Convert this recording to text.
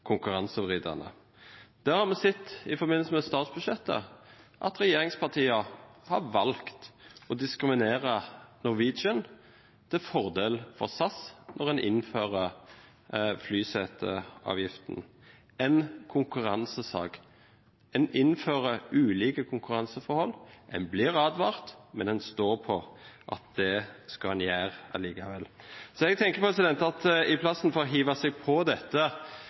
har vi sett i forbindelse med statsbudsjettet: Regjeringspartiene har valgt å diskriminere Norwegian til fordel for SAS ved å innføre flyseteavgiften. Det er en konkurransesak. En innfører ulike konkurranseforhold, en blir advart, men en står på at en skal gjøre det likevel. Jeg tenker at i stedet for å hive seg på dette